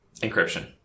Encryption